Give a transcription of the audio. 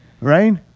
Right